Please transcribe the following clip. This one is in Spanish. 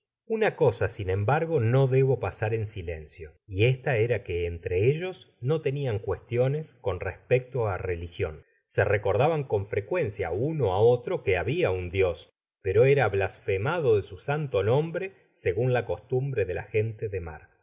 una cosa sin embargo no debo pasar en silencio y esta era que entre ellos no tenian cuestiones cqn respecto á religion se recordaban con frecuencia uno á otro que habia un dios pero era blasfemando de su santo nombre segun la costumbre de la gente de mar